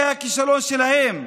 זה הכישלון שלהם,